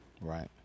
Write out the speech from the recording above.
right